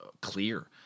clear